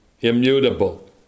immutable